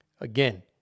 Again